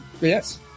Yes